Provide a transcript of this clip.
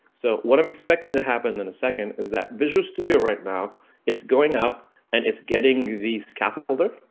so what i'm expecting to happen in a second is that visual studio. right now it's going out and it's getting the scaffolder,